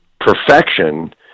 perfection